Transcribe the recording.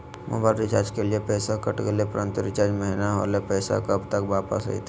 Mobile recharge के लिए पैसा कट गेलैय परंतु रिचार्ज महिना होलैय, पैसा कब तक वापस आयते?